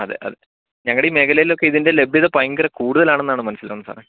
അതെ അതെ ഞങ്ങളുടെ ഈ മേഖലയിൽ ഒക്കെ ഇതിൻ്റെ മേഖലയിൽ ഒക്കെ ഇതിൻ്റെ ലഭ്യത ഭയങ്കര കൂടുതൽ ആണെന്നാണ് മനസിലാകുന്നത് സാറേ